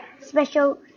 Special